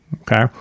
Okay